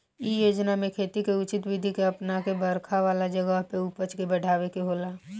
इ योजना में खेती के उचित विधि के अपना के बरखा वाला जगह पे उपज के बढ़ावे के होला